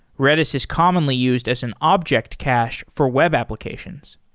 redis is commonly used as an object cache for web applications.